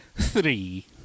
three